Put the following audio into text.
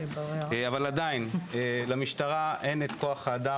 אבל עדיין למשטרה אין את כוח האדם